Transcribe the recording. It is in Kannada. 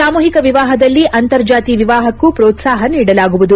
ಸಾಮೂಹಿಕ ವಿವಾಹದಲ್ಲಿ ಅಂತರ್ ಜಾತಿ ವಿವಾಹಕ್ಕೂ ಪೋತ್ಸಾಪ ನೀಡಲಾಗುವುದು